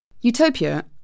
Utopia